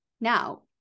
Now